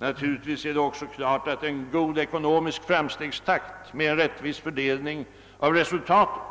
Naturligtvis är det också klart att en god ekonomisk framstegstakt med en rättvis fördelning av resultaten